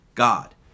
God